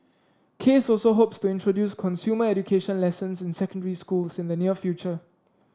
case also hopes to introduce consumer education lessons in secondary schools in the near future